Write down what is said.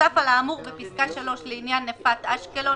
נוסף על האמור בפסקה (3) לעניין נפת אשקלון